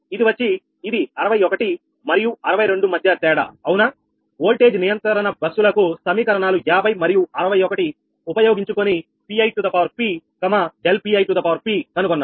ఇది వచ్చి ఇది 61 మరియు 62 మధ్య తేడా అవునా ఓల్టేజ్ నియంత్రణ బస్సులకు సమీకరణాలు 50 మరియు 61 ఉపయోగించుకొని Pip ∆Pipకనుగొన్నారు